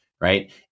Right